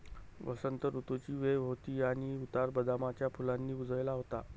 वसंत ऋतूची वेळ होती आणि उतार बदामाच्या फुलांनी उजळला होता